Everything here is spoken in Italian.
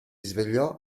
svegliò